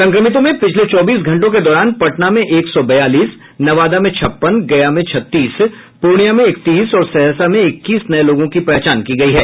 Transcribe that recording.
संक्रमितों में पिछले चौबीस घंटों के दौरान पटना में एक सौ बयालीस नवादा में छप्पन गया में छत्तीस पूर्णिया में इकतीस और सहरसा में इक्कीस नये लोगों की पहचान की गयी है